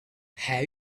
have